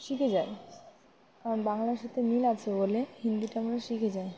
শিখে যাই কারণ বাংলার সাথে মিল আছে বলে হিন্দিটা আমরা শিখে যাই